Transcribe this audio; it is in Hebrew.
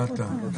רת"א,